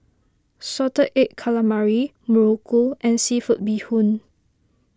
Salted Egg Calamari Muruku and Seafood Bee Hoon